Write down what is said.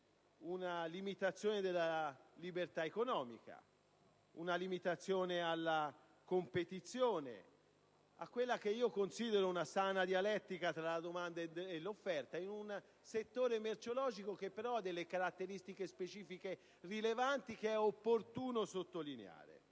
una limitazione alla libertà economica ed alla competizione, a quella che considero una sana dialettica tra la domanda e l'offerta, in un settore merceologico che però ha caratteristiche specifiche rilevanti, che è opportuno sottolineare: